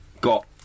got